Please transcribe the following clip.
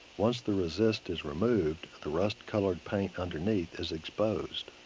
once the resist is removed, the rust-colored paint underneath is exposed.